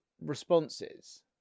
responses